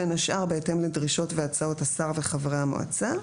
בין השאר בהתאם לדרישות והצעות השר וחברי המועצה.